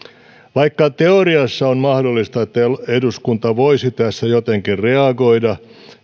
vaikka teoriassa on mahdollista että eduskunta voisi tässä jotenkin reagoida